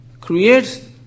creates